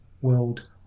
world